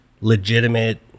legitimate